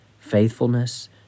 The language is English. faithfulness